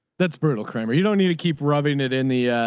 that's brutal kramer. you don't need to keep rubbing it in the, ah,